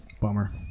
Bummer